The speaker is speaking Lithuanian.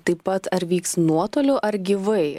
taip pat ar vyks nuotoliu ar gyvai